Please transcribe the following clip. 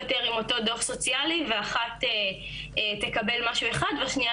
יותר עם אותו דוח סוציאלי ואחת תקבל משהו אחד והשנייה